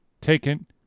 taken